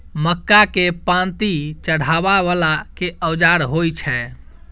मक्का केँ पांति चढ़ाबा वला केँ औजार होइ छैय?